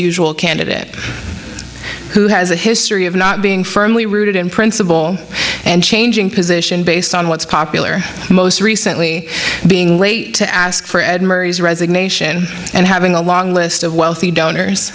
usual candidate who has a history of not being firmly rooted in principle and changing position based on what's popular most recently being wait to ask for ed murray's resignation and having a long list of wealthy donors